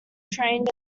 trained